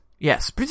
Yes